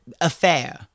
affair